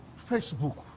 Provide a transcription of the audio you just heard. Facebook